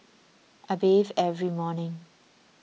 I bathe every morning